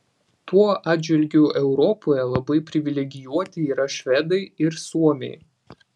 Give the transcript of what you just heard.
tuo atžvilgiu europoje labai privilegijuoti yra švedai ir suomiai